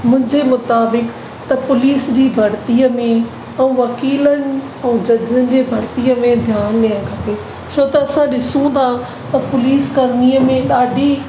मुंहिंजे मुताबिक़ु त पुलिस जी भर्तीअ में ऐं वकीलनि ऐं जजनि जी भर्तीअ में ध्यानु ॾियणु खपे छो त असां ॾिसूं था त पुलिस कर्मीअ में ॾाढी